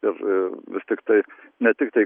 ir vis tiktai ne tiktai